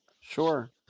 Sure